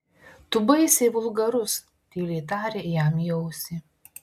tu baisiai vulgarus tyliai tarė jam į ausį